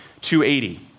280